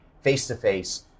face-to-face